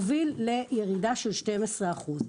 הוביל לירידה של 12 אחוזים.